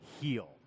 heal